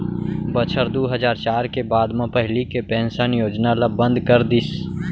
बछर दू हजार चार के बाद म पहिली के पेंसन योजना ल बंद कर दिस